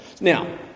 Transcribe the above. Now